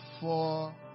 four